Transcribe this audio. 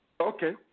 Okay